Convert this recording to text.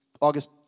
August